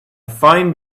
fine